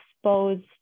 exposed